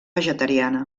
vegetariana